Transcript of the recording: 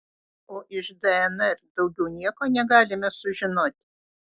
o iš dnr daugiau nieko negalime sužinot